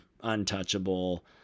untouchable